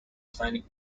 planning